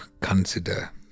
consider